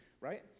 right